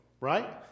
right